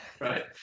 Right